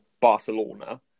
Barcelona